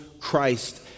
Christ